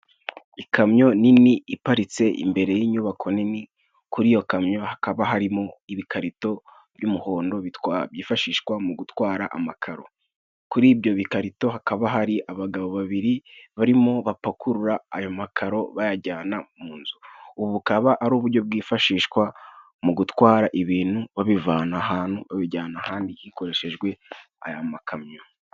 Ikamyo nini iparitse imbere y'inyubako nini kuri iyo kamyo hakaba harimo ibikarito by'umuhondo, byifashishwa mu gutwara amakaro kuri ibyo bikarito hakaba hari abagabo babiri barimo bapakurura ayo makaro bayajyana mu nzu; ubu bukaba ari uburyo bwifashishwa mu gutwara ibintu babivana ahantu babijyana ahandi hakoreshejwe aya makamyo.